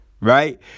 right